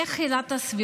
איך עילת הסבירות,